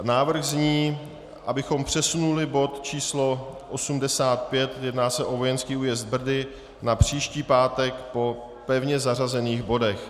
Návrh zní, abychom přesunuli bod číslo 85, jedná se o vojenský újezd Brdy, na příští pátek po pevně zařazených bodech.